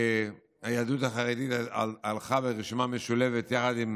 והיהדות החרדית הלכה ברשימה משולבת יחד עם